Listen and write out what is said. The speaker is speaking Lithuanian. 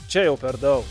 čia jau per daug